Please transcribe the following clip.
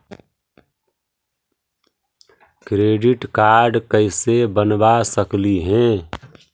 Credit card कैसे बनबा सकली हे?